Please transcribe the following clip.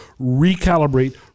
recalibrate